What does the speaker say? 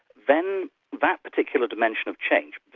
then that particular dimension of change,